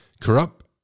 corrupt